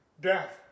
Death